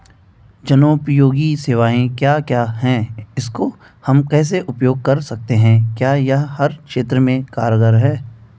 जनोपयोगी सेवाएं क्या क्या हैं इसको हम कैसे उपयोग कर सकते हैं क्या यह हर क्षेत्र में कारगर है?